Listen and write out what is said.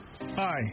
Hi